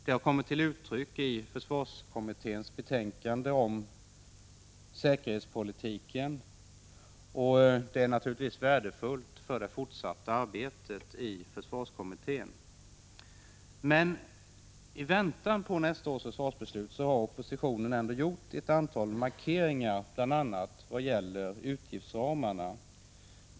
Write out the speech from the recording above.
Det har kommit till uttryck i försvarskommitténs betänkande om säkerheten, och det är naturligtvis värdefullt för det fortsatta arbetet i försvarskommittén. Men i väntan på 1987 års förvarsbeslut har oppositionen ändå gjort ett antal markeringar, bl.a. vad gäller utgiftsramarna.